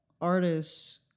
artists